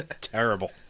terrible